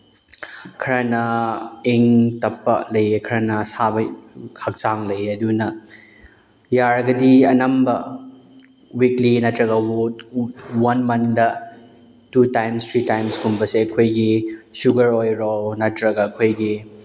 ꯈꯔꯅ ꯏꯪ ꯇꯞꯄ ꯂꯩꯌꯦ ꯈꯔꯅ ꯑꯁꯥꯕ ꯍꯛꯆꯥꯡ ꯂꯩꯌꯦ ꯑꯗꯨꯅ ꯌꯥꯔꯒꯗꯤ ꯑꯅꯝꯕ ꯋꯤꯛꯂꯤ ꯅꯠꯇ꯭ꯔꯒ ꯋꯥꯟ ꯃꯟꯗ ꯇꯨ ꯇꯥꯏꯝꯁ ꯊ꯭ꯔꯤ ꯇꯥꯏꯝꯁꯀꯨꯝꯕꯁꯦ ꯑꯩꯈꯣꯏꯒꯤ ꯁꯨꯒꯔ ꯑꯣꯏꯔꯣ ꯅꯠꯇ꯭ꯔꯒ ꯑꯩꯈꯣꯏꯒꯤ